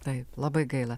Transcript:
taip labai gaila